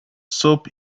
soap